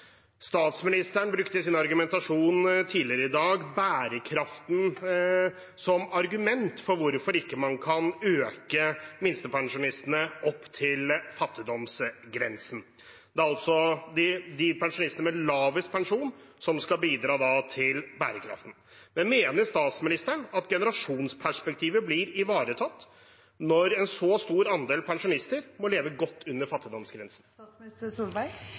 Statsministeren brukte i sin argumentasjon tidligere i dag bærekraften som argument for hvorfor man ikke kan løfte minstepensjonistene opp til fattigdomsgrensen. Det er altså de pensjonistene med lavest pensjon som skal bidra til bærekraften. Mener statsministeren at generasjonsperspektivet blir ivaretatt når en så stor andel pensjonister må leve godt under fattigdomsgrensen?